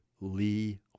Lee